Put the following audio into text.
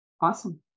Awesome